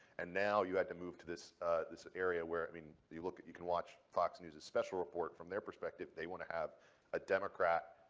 and now you had to move to this this area where i mean, if you look, you can watch fox news' special report. from their perspective, they want to have a democrat,